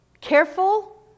careful